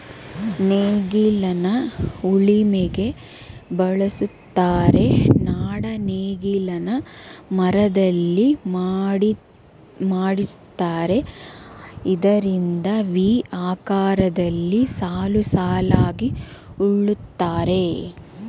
ನೇಗಿಲನ್ನ ಉಳಿಮೆಗೆ ಬಳುಸ್ತರೆ, ನಾಡ ನೇಗಿಲನ್ನ ಮರದಿಂದ ಮಾಡಿರ್ತರೆ ಇದರಿಂದ ವಿ ಆಕಾರದಲ್ಲಿ ಸಾಲುಸಾಲಾಗಿ ಉಳುತ್ತರೆ